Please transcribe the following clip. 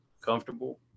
comfortable